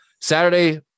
Saturday